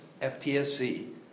FTSC